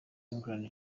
england